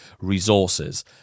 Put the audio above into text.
resources